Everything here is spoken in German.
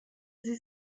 sie